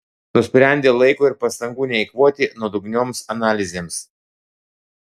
nusprendė laiko ir pastangų neeikvoti nuodugnioms analizėms